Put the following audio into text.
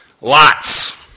Lots